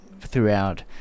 throughout